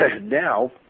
now